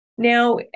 Now